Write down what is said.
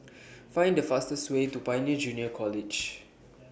Find The fastest Way to Pioneer Junior College